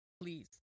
please